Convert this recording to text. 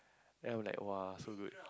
then I was like !wah! so good